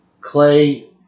Clay